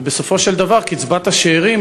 בסופו של דבר קצבת השאירים,